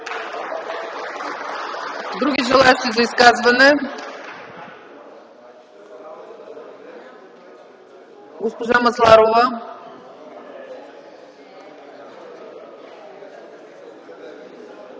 други желаещи за изказвания? Госпожо Масларова,